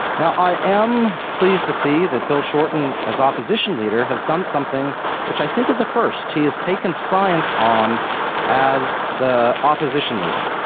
i am pleased to see that bill shorten as opposition leader has done something which i think is a first he has taken science on as the opposition leader.